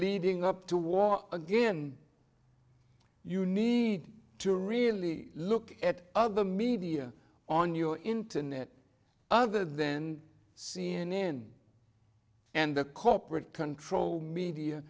leading up to war again you need to really look at other media on your internet other than c n n and the corporate controlled media